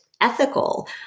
ethical